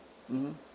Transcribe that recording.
mmhmm